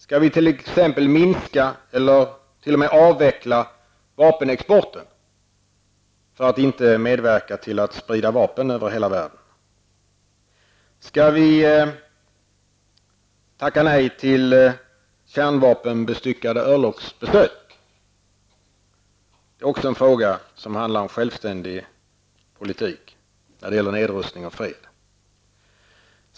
Skall vi t.ex. minska eller t.o.m. avveckla vapenexporten, för att inte medverka till att sprida vapen över hela världen? Skall vi tacka nej till ''kärnvapenbestyckade örlogsbesök''? Det är också en fråga som handlar om självständig politik när det gäller nedrustning och fred.